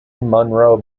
munro